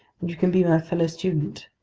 and you can be my fellow student.